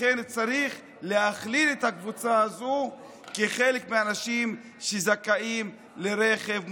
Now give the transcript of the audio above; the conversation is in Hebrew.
לכן צריך להכליל את הקבוצה הזאת כחלק מהאנשים שזכאים לרכב מותאם.